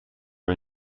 are